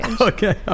Okay